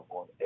on